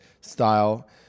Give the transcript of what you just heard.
style